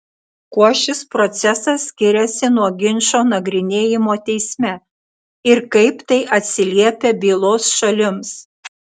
kuo šis procesas skiriasi nuo ginčo nagrinėjimo teisme ir kaip tai atsiliepia bylos šalims